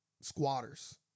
squatters